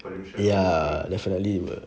ya definitely bro